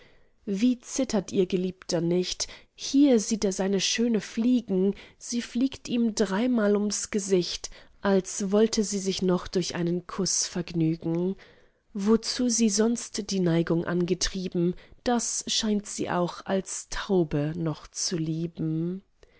wie zittert ihr geliebter nicht hier sieht er seine schöne fliegen sie fliegt ihm dreimal ums gesicht als wollte sie sich noch durch einen kuß vergnügen worzu sie sonst die neigung angetrieben das scheint sie auch als taube noch zu lieben